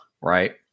Right